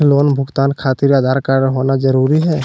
Loan भुगतान खातिर Aadhaar card होना जरूरी है?